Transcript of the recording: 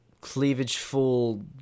cleavage-full